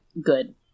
good